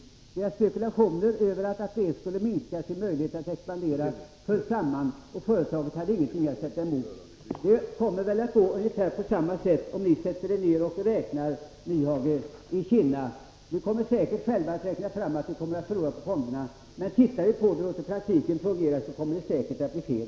Företagets spekulationer om att möjligheterna att expandera skulle minska höll inte, och företaget hade ingenting att sätta emot. Det kommer väl att gå på ungefär samma sätt om ni i Kinna, herr Nyhage, sätter er ned och räknar. Ni kan säkert själva räkna fram att ni kommer att förlora på fonderna. Men om vi studerar hur det blir i praktiken kommer det säkert att visa sig att ni har fel.